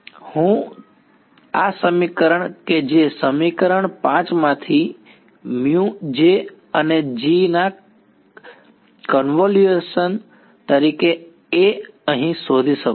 હું થી આ સમીકરણ કે જે સમીકરણ 5 માંથી અને G ના કન્વ્યુલેશન તરીકે A અહીં શોધી શકું છું